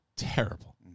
terrible